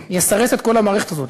יסרס את כל המערכת הזאת.